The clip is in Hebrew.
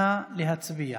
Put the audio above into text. נא להצביע.